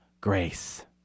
grace